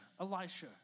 Elisha